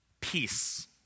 Peace